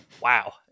wow